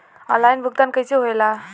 Online भुगतान कैसे होए ला?